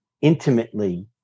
intimately